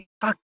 Fuck